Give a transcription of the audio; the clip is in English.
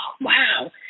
wow